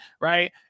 right